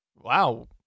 Wow